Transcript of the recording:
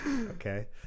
Okay